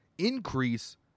Increase